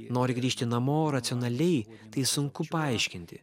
nori grįžti namo racionaliai tai sunku paaiškinti